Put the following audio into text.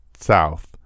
south